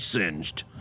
singed